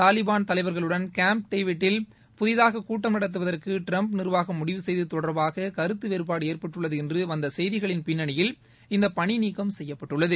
தாலிபாள் தலைவர்களுடன் Camp David ல் புதிதாக கூட்டம் நடத்துவதற்கு டிரம்ப் நிர்வாகம் முடிவு செய்தது தொடர்பாக கருத்து வேறுபாடு ஏற்பட்டுள்ளது என்று வந்த செய்திகளின் பின்னணியில் இந்த பணி நீக்கம் செய்யப்பட்டுள்ளது